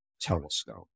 telescope